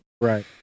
Right